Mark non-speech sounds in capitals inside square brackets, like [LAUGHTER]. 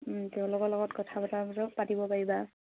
তেওঁলোকৰ লগত কথা বতৰা [UNINTELLIGIBLE] পাতিব পাৰিবা